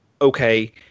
okay